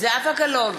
זהבה גלאון,